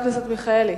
חבר הכנסת מיכאלי,